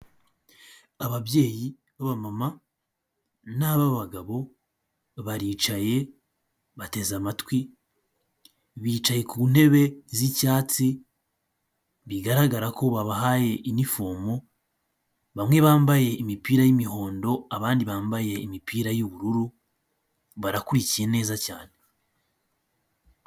Ababyeyi b'abamama n'ababagabo baricaye bateze amatwi, bicaye ku ntebe z'icyatsi, bigaragara ko babahayeinifomo, bamwe bambaye imipira y'imihondo, abandi bambaye imipira y'ubururu, barakurikiye neza cyane.